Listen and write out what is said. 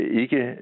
ikke